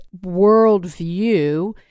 worldview